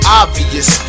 obvious